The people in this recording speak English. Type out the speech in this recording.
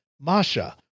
Masha